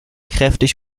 kräftig